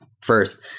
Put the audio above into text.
first